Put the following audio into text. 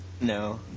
No